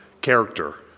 character